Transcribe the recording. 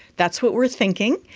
that's what we are thinking,